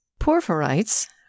Porphyrites